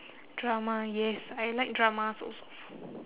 drama yes I like dramas also